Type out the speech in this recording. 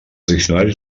diccionaris